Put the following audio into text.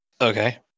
Okay